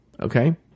Okay